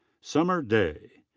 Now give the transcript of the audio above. summer day.